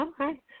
Okay